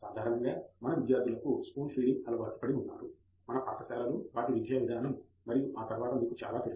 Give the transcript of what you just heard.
సాధారణంగా మన విద్యార్ధులకు స్పూన్ ఫీడింగ్ అలవాటు పడి ఉన్నారు మన పాఠశాలలు వాటి విద్యా విధానం మరియు ఆ తరువాత మీకు చాలా తెలుసు